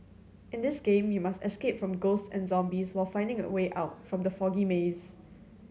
in this game you must escape from ghosts and zombies while finding the way out from the foggy maze